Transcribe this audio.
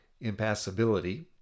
Impassibility